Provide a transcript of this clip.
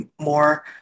more